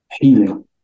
healing